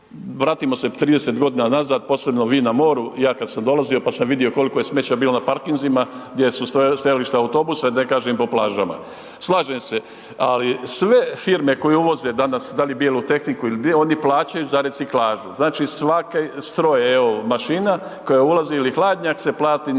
Vratimo se 30 g., posebno vi na moru, ja kad sam dolazio, pa sam vidio koliko je smeća bilo na parkinzima, gdje su stajališta autobusa, da ne kažem i po plažama. Slažem se, ali sve firme koje uvoze danas da li bijelu tehniku ili .../Govornik se ne razumije./..., oni plaćaju za reciklažu, znači svaki stroj, evo mašina koja ulazi ili hladnjak se plati negdje